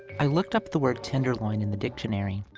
i looked up the word tenderloin in the dictionary,